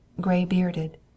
gray-bearded